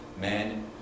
men